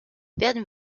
werden